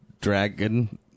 Dragon